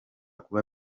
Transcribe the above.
kuba